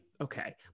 okay